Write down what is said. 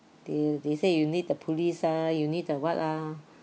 they they say you need the police ah you need the what ah